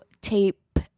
tape